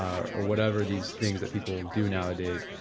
um ah whatever these things that people do nowadays.